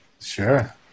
Sure